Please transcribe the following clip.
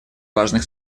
важных